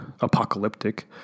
apocalyptic